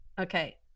Okay